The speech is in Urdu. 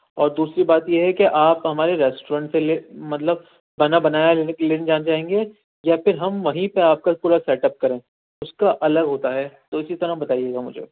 اور دوسری بات یہ ہے کہ آپ ہمارے ریسٹورینٹ سے لے مطلب بنا بنایا لینے جائیں گے یا پھر ہم وہیں پہ آپ کا پورا سیٹ اپ کریں اس کا الگ ہوتا ہے تو اسی طرح بتائیے گا مجھے